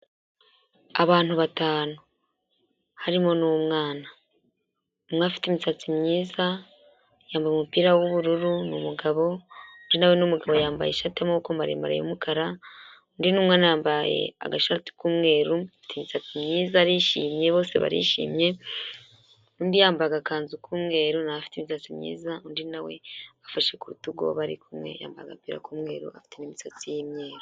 Abantu batanu harimo n'umwana, umwe afite imisatsi myiza, yambaye umupira w'ubururu, ni umugabo, undi na we ni umugabo yambaye ishati y'amaboko maremare y'umukara, undi ni umwana yambaye agashati k'umweru, afite imisatsi myiza, arishimye, bose barishimye, undi yambaye agakanzu k'umweru, na we afite imisatsi myiza, undi na we afashe ku rutugu uwo bari kumwe, yambaye agapira k'umweru, afite imisatsi y'imyeru.